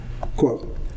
Quote